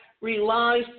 relies